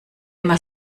immer